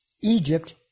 Egypt